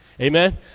Amen